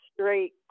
straight